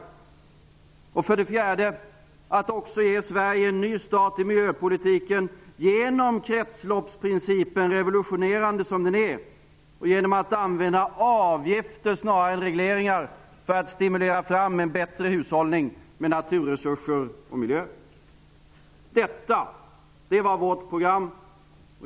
Det gällde för det fjärde att ge Sverige en ny start också i miljöpolitiken, genom kretsloppsprincipen -- revolutionerande som den är -- och genom användandet av avgifter snarare än regleringar för att stimulera fram en bättre hushållning med naturresurser och miljö. Detta var vårt program.